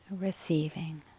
Receiving